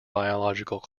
biological